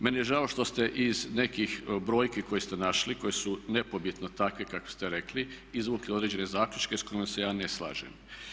Meni je žao što ste iz nekih brojki koje ste našli, koje su nepobitno takve kakve ste rekli izvukli određene zaključke s kojima se ja ne slažem.